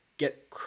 Get